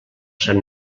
sant